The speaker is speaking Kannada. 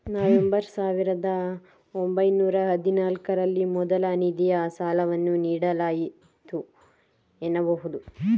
ನವೆಂಬರ್ ಸಾವಿರದ ಒಂಬೈನೂರ ಹದಿನಾಲ್ಕು ರಲ್ಲಿ ಮೊದಲ ನಿಧಿಯ ಸಾಲವನ್ನು ನೀಡಲಾಯಿತು ಎನ್ನಬಹುದು